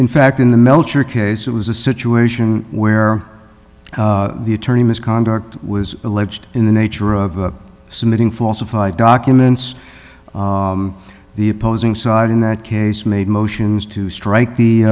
in fact in the melcher case it was a situation where the attorney misconduct was alleged in the nature of submitting falsified documents the opposing side in that case made motions to strike the